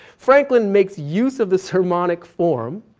franklin makes use of the sermonic form.